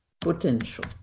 potential